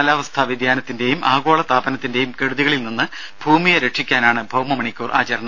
കാലാവസ്ഥാ വ്യതിയാനത്തിന്റെയും ആഗോള താപനത്തിന്റെയും കെടുതികളിൽ നിന്ന് ഭൂമിയെ രക്ഷിക്കാനാണ് ഭൌമ മണിക്കൂർ ആചരണം